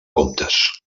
comptes